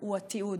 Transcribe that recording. הוא התיעוד.